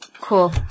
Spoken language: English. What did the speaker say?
Cool